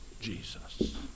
Jesus